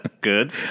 Good